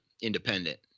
independent